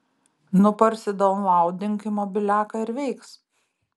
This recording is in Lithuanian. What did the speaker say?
nu parsidaunlaudink į mobiliaką ir veiks